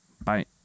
Bye